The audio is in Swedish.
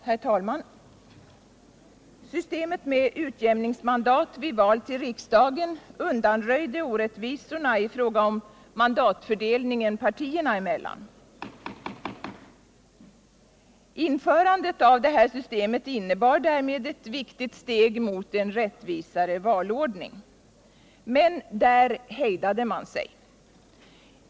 Herr talman! Systemet med utjämningsmandat vid val till riksdagen undanröjde orättvisorna i fråga om mandatfördelningen partierna emellan. Införandet av detta system innebar därmed ett viktigt steg mot en rättvisare valordning. Men där hejdade man sig.